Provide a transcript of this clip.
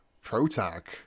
Protag